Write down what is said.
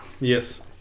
Yes